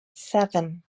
seven